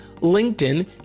LinkedIn